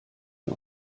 der